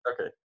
Okay